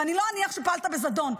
ואני לא אניח שפעלת בזדון,